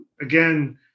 again